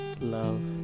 love